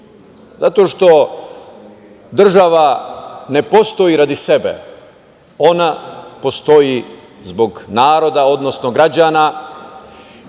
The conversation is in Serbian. zato što država ne postoji radi sebe, ona postoji zbog naroda, odnosno građana